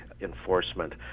enforcement